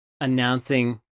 announcing